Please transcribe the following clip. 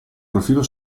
profilo